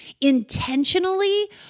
intentionally